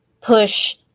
push